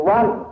one